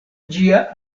ĝia